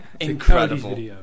Incredible